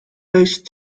based